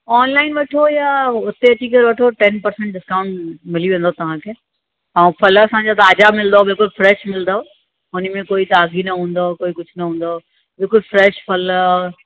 online वठो या उते अची करे वठो टैन परसंट डिस्काउंट मिली वेंदो तव्हांखे ऐं फल असांजा ताज़ा मिलंदव बिल्कुलु फ़्रैश मिलंदव हुन ई में कोई दाग़ी न हुंदव कोई कुझु न हूंदव बिल्कुलु फ़्रैश फल